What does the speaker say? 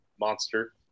monster